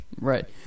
Right